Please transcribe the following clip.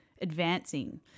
advancing